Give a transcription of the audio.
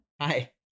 hi